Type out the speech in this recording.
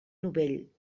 novell